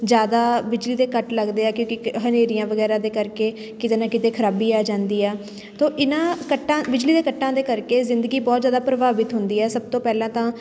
ਜ਼ਿਆਦਾ ਬਿਜਲੀ ਦੇ ਕੱਟ ਲੱਗਦੇ ਆ ਕਿਉਂਕਿ ਕ ਹਨੇਰੀਆਂ ਵਗੈਰਾ ਦੇ ਕਰਕੇ ਕਿਤੇ ਨਾ ਕਿਤੇ ਖਰਾਬੀ ਆ ਜਾਂਦੀ ਆ ਤਾਂ ਇਹਨਾਂ ਕੱਟਾਂ ਬਿਜਲੀ ਦੇ ਕੱਟਾਂ ਦੇ ਕਰਕੇ ਜ਼ਿੰਦਗੀ ਬਹੁਤ ਜ਼ਿਆਦਾ ਪ੍ਰਭਾਵਿਤ ਹੁੰਦੀ ਹੈ ਸਭ ਤੋਂ ਪਹਿਲਾਂ ਤਾਂ